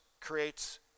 creates